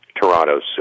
Toronto's